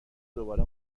دوباره